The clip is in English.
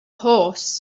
horse